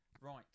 Right